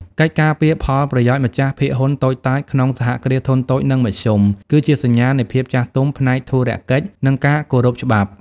កិច្ចការពារផលប្រយោជន៍ម្ចាស់ភាគហ៊ុនតូចតាចក្នុង សហគ្រាសធុនតូច និងមធ្យម គឺជាសញ្ញាណនៃភាពចាស់ទុំផ្នែកធុរកិច្ច និងការគោរពច្បាប់។